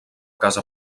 casa